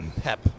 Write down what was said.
pep